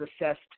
assessed